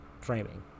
framing